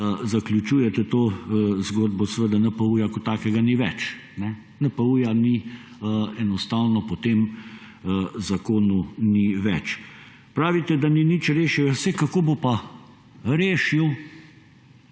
zaključujete to zgodbo, seveda NPU kot takega ni več. NPU enostavno po tem zakoni ni več. Pravite, da ni nič rešil. Ja, kako bo pa rešil,